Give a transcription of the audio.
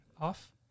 off